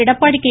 Edappadi K